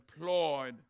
employed